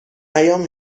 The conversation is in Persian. ایام